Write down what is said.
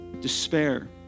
despair